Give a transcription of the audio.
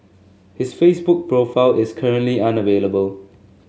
his Facebook profile is currently unavailable